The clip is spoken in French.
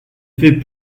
fait